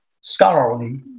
scholarly